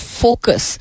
focus